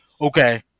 okay